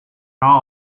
all